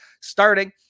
starting